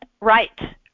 right